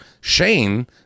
Shane